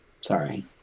Sorry